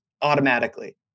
automatically